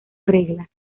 reglas